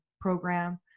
program